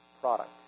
product